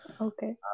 Okay